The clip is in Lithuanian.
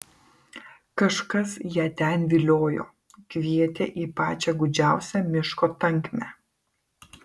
kažkas ją ten viliojo kvietė į pačią gūdžiausią miško tankmę